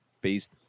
based